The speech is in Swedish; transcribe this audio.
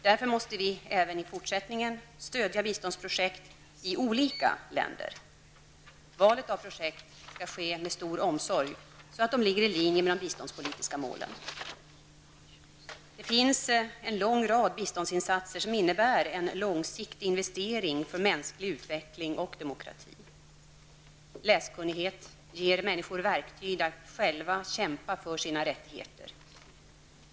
Därför måste vi även i fortsättningen stödja biståndsprojekt i olika länder. Valet av projekt skall ske med stor omsorg, så att de ligger i linje med de biståndspolitiska målen. Det finns en lång rad biståndsinsatser som innebär en långsiktig investering för mänsklig utveckling och demokrati. Läskunnighet ger människor verktyg att själva kämpa för sina rättigheter.